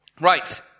Right